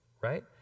right